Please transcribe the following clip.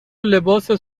لباست